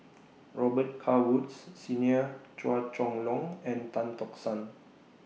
Robet Carr Woods Senior Chua Chong Long and Tan Tock San